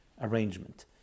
arrangement